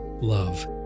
love